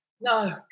No